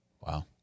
Wow